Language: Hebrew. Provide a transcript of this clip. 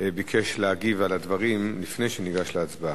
ביקש להגיב על הדברים לפני שניגש להצבעה.